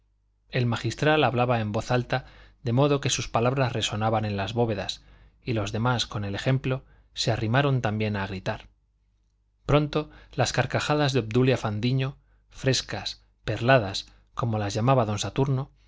el magistral hablaba en voz alta de modo que sus palabras resonaban en las bóvedas y los demás con el ejemplo se arrimaron también a gritar pronto las carcajadas de obdulia fandiño frescas perladas como las llamaba don saturno